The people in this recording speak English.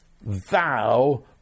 Thou